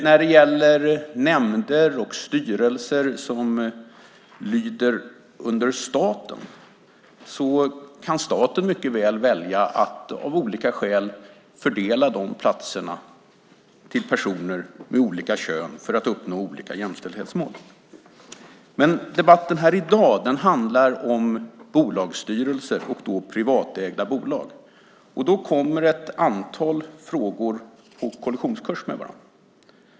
När det gäller nämnder och styrelser som lyder under staten kan staten mycket väl välja att av olika skäl fördela de platserna till personer med olika kön för att uppnå olika jämställdhetsmål. Men debatten här i dag handlar om bolagsstyrelser och privatägda bolag, och då kommer ett antal frågor på kollisionskurs med varandra.